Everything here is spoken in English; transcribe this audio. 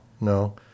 no